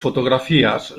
fotografías